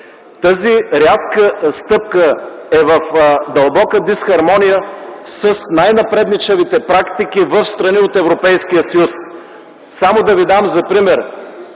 Тази рязка стъпка е в дълбока дисхармония с най-напредничавите практики в страни от Европейския съюз. Ще ви дам пример.